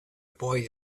boy